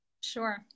Sure